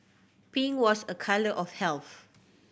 pink was a colour of health